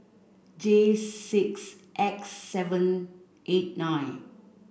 J six X seven eight nine